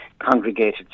congregated